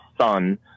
son